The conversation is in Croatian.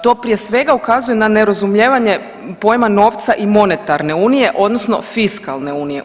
To prije svega ukazuje na nerazumijevanje pojma novca i monetarne unije odnosno fiskalne unije.